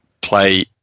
play